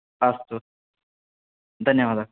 अस्तु धन्यवादाः